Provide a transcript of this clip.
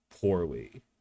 poorly